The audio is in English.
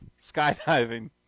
Skydiving